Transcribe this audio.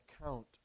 account